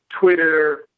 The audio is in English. Twitter